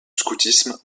scoutisme